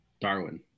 Darwin